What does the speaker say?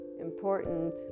important